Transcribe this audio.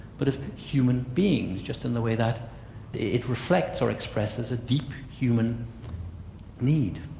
but of human beings, just in the way that it reflects or expresses a deep human need,